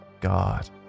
god